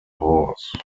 horse